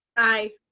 aye.